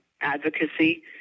advocacy